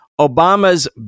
Obama's